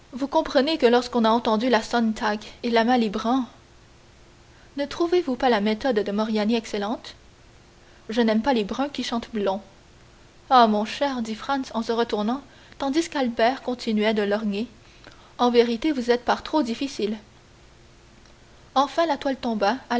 vous comprenez que lorsqu'on a entendu la sontag et la malibran ne trouvez-vous pas la méthode de moriani excellente je n'aime pas les bruns qui chantent blond ah mon cher dit franz en se retournant tandis qu'albert continuait de lorgner en vérité vous êtes par trop difficile enfin la toile tomba